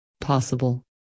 possible